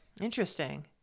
Interesting